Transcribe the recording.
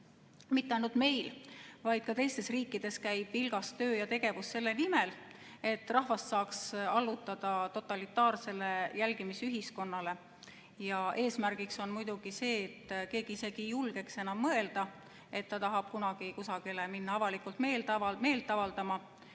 mitte ainult meil, vaid ka teistes riikides käib vilgas töö ja tegevus selle nimel, et rahvast saaks allutada totalitaarsele jälgimisühiskonnale. Eesmärk on muidugi see, et keegi isegi ei julgeks enam mõelda, et ta tahab kunagi kusagile minna avalikult meelt avaldama,